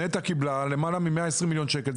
נת"ע קיבלה למעלה מ-120 מיליון שקל,